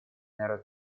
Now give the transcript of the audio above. народ